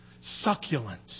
succulent